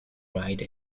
rewrite